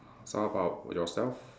so how about yourself